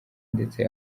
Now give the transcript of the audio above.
ndetse